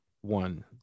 one